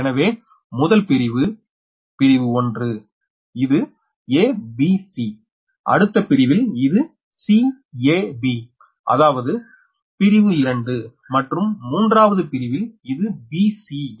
எனவே முதல் பிரிவு பிரிவு 1 இது a b c அடுத்த பிரிவில் இது c a b அதாவது பிரிவு 2 மற்றும் மூன்றாவது பிரிவில் இது b c a